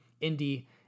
Indy